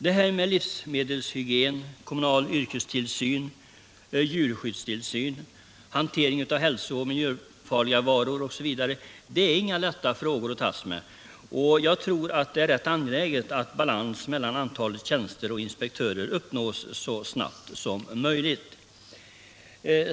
Det här med livsmedelshygien, kommunal yrkestillsyn, djurskyddstillsyn, hantering av hälso och miljöfarliga varor m.m. är inga lätta frågor. Jag tror att det är rätt angeläget att balans mellan antalet tjänster och inspektörer uppnås så snart som möjligt.